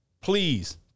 please